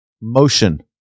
motion